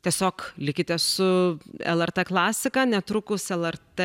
tiesiog likite su lrt klasika netrukus lrt